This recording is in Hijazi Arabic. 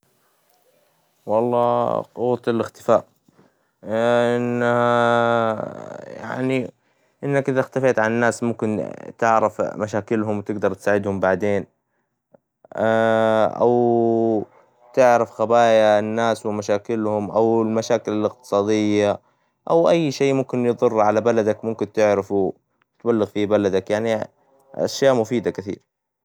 والله قوة الاختفاء، لأن يعني، إنك إذا اختفيت عن الناس ممكن، تعرف مشاكلها وتقدر تساعدهم بعدين، أو تعرف خبايا الناس ومشاكلهم أو المشاكل الاقتصادية، أو أي شي ممكن يظر على بلدك ممكن تعرفه، ولا في بلدك يعني، أشياء مفيدة كثير.